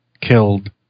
killed